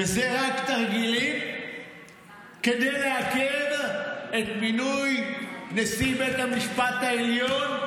וזה רק תרגילים כדי לעכב את מינוי נשיא בית המשפט העליון.